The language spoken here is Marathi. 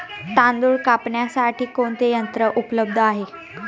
तांदूळ कापण्यासाठी कोणते यंत्र उपलब्ध आहे?